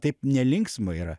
taip nelinksma yra